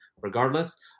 regardless